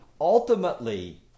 ultimately